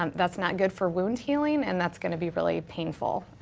um that's not good for wound healing and that's gonna be really painful.